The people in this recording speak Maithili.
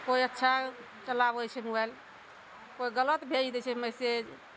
कोइ अच्छा चलाबै छै मोबाइल कोइ गलत भेज दै छै मैसेज